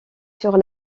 sur